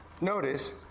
notice